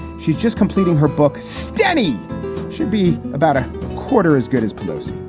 she's just completing her book. steady should be about a quarter as good as pillows.